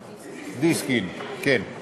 דיסקין, כן.